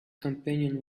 companion